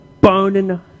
burning